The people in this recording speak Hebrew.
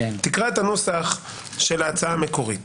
תקרא את הנוסח של ההצעה המקורית